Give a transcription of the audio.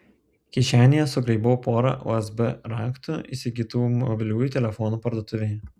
kišenėje sugraibiau porą usb raktų įsigytų mobiliųjų telefonų parduotuvėje